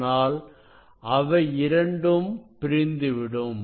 ஆனால் அவை இரண்டும் பிரிந்துவிடும்